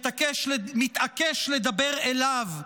מתעקש לדבר אליו,